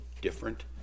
different